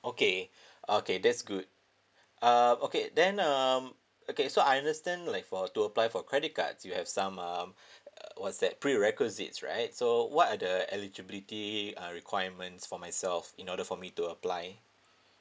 okay okay that's good uh okay then um okay so I understand like for to apply for credit cards you have some um err what's that prerequisites right so what are the eligibility uh requirements for myself in order for me to apply